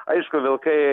aišku vilkai